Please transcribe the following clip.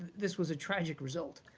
this was a tragic result.